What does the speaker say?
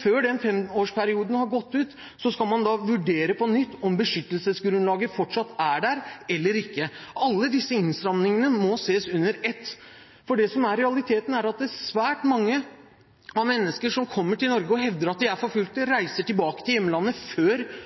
Før den femårsperioden har gått ut, skal man vurdere på nytt om beskyttelsesgrunnlaget fortsatt er der eller ikke. Alle disse innstrammingene må ses under ett. Realiteten er at svært mange av menneskene som kommer til Norge og hevder at de er forfulgt, reiser tilbake til hjemlandet før